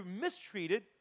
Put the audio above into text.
mistreated